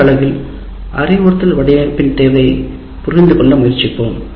அடுத்த அலகில் அறிவுறுத்தல் வடிவமைப்பின் தேவையைப் புரிந்துகொள்ள முயற்சிப்போம்